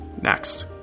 next